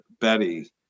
Betty